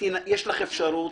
יש לך אפשרות